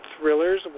Thrillers